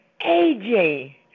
AJ